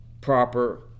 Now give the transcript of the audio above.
proper